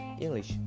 English